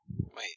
Wait